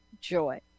joy